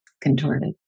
contorted